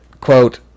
Quote